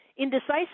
Indecisive